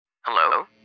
Hello